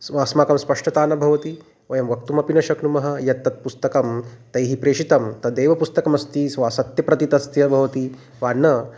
स्म अस्माकं स्पष्टता न भवति वयं वक्तुमपि न शक्नुमः यत् तत् पुस्तकं तैः प्रेषितं तदेव पुस्तकमस्ति स्वा सत्यं प्रतिं तस्य भवति वा न